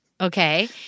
Okay